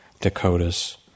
Dakotas